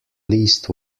least